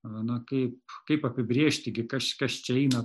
na kaip kaip apibrėžti gi kaš kas čia eina